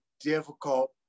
difficult